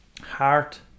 heart